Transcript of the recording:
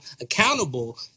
accountable